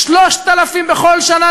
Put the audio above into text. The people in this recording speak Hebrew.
3,000 בכל שנה,